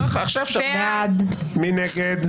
מי נגד?